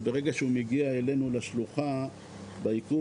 וברגע שהוא מגיע אלינו לשלוחה לעיכוב,